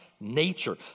nature